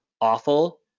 awful